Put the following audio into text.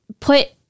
put